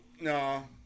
No